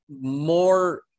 more